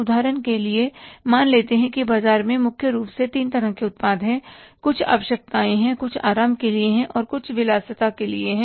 उदाहरण के लिए मान लेते हैं कि बाजार में मुख्य रूप से तीन तरह के उत्पाद हैं कुछ आवश्यकताएं हैं कुछ आराम के लिए हैं और कुछ विलासिता के लिए हैं